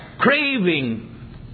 Craving